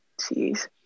Jeez